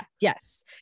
Yes